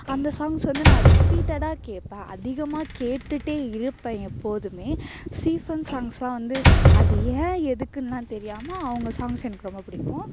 அந்த சாங்க்ஸ் வந்து நான் ரிப்பீட்டடாக கேட்பேன் அதிகமாக கேட்டுகிட்டே இருப்பேன் எப்போதுமே ஸ்டீஃபன் சாங்க்ஸ் எல்லாம் வந்து அது ஏன் எதுக்குன்னுலாம் தெரியாமல் அவங்க சாங்க்ஸ் எனக்கு ரொம்ப பிடிக்கும்